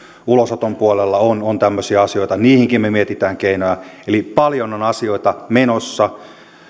ulosoton puolella on on tämmöisiä asioita niihinkin me mietimme keinoja eli paljon on asioita menossa